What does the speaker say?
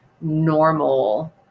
normal